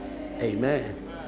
amen